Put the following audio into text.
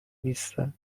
نیستن